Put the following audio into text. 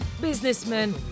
businessman